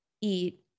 eat